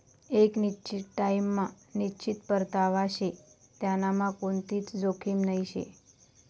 एक निश्चित टाइम मा निश्चित परतावा शे त्यांनामा कोणतीच जोखीम नही शे